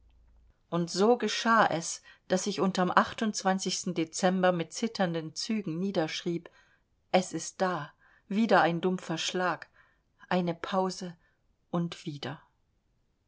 und so geschah es daß ich unterm dezember mit zitternden zügen niederschrieb es ist da wieder ein dumpfer schlag eine pause und wieder